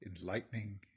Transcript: enlightening